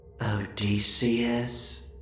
Odysseus